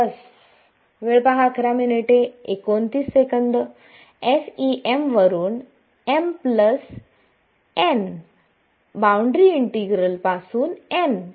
FEM वरून m n boundary integral पासून n